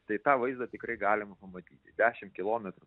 tai tą vaizdą tikrai galima pamatyti dešim kilometrų